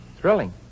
Thrilling